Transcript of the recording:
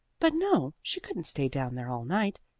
but no, she couldn't stay down there all night,